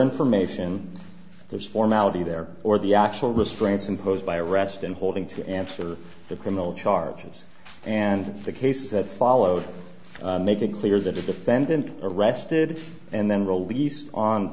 information there's formality there or the actual restraints imposed by arrest and holding to answer the criminal charges and the case that followed make it clear that a defendant arrested and then released on